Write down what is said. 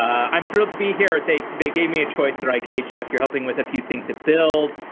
i'm thrilled to be here. they they gave me a choice there, like a jeff, you're helping with a few things that build.